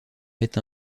est